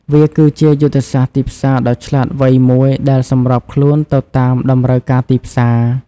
វាគឺជាយុទ្ធសាស្ត្រទីផ្សារដ៏ឆ្លាតវៃមួយដែលសម្របខ្លួនទៅតាមតម្រូវការទីផ្សារ។